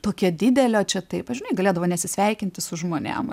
tokia didelė o čia taip žinai galėdavo nesisveikinti su žmonėm